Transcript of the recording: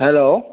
hello